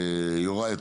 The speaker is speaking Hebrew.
יוראי,